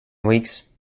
weeks